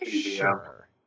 Sure